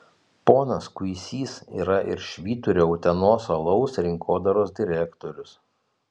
ponas kuisys yra ir švyturio utenos alaus rinkodaros direktorius